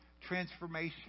transformation